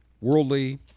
worldly